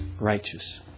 righteous